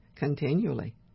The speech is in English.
Continually